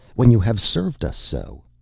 when you have served us so.